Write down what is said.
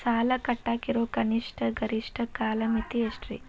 ಸಾಲ ಕಟ್ಟಾಕ ಇರೋ ಕನಿಷ್ಟ, ಗರಿಷ್ಠ ಕಾಲಮಿತಿ ಎಷ್ಟ್ರಿ?